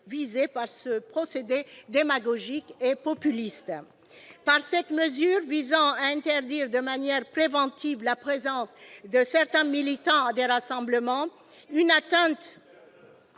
visés par ce procédé démagogique et populiste. Non, les casseurs ! Par cette mesure, visant à interdire de manière préventive la présence de certains militants à des rassemblements ... Des